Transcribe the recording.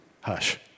Hush